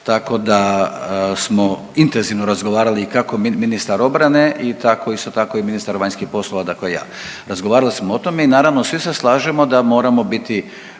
Tako da smo intenzivno razgovarali i kako ministar obrane i tako isto tako i ministar vanjskih poslova dakle ja. Razgovarali smo o tome i naravno svi se slažemo da moramo biti